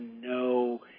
no